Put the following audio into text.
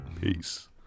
Peace